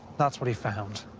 that's what he found.